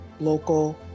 local